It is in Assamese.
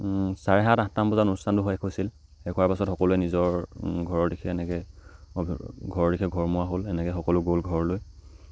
চাৰে সাত আঠটামান বজাত অনুষ্ঠানটো শেষ হৈছিল শেষ হোৱাৰ পাছত সকলোৱে নিজৰ ঘৰৰ দিশে এনেকৈ ঘৰ ঘৰৰ দিশে ঘৰমুৱা হ'ল এনেকৈ সকলো গ'ল ঘৰলৈ